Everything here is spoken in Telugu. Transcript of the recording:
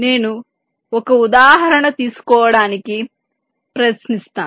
నేను ఒక ఉదాహరణ తీసుకోవడానికి ప్రయత్నిస్తాను